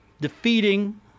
defeating